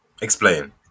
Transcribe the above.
explain